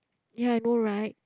ya I know right